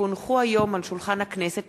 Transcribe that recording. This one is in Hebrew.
כי הונחו היום על שולחן הכנסת,